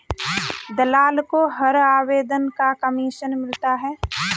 दलाल को हर आवेदन का कमीशन मिलता है